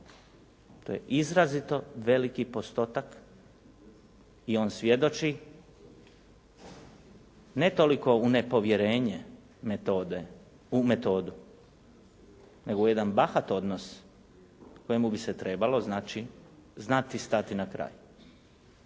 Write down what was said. To je izrazito veliki postotak i on svjedoči ne toliko u nepovjerenje u metodu, nego u jedan bahat odnos kojemu bi se trebali znati stati na kraj.